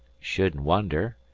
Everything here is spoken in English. shouldn't wonder.